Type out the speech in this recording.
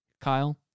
Kyle